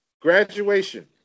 graduation